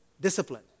Discipline